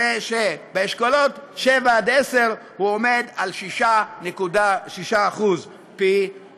הרי שבאשכולות 7 10 הוא עומד על 6.6%; פי-שישה.